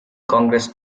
congress